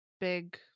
big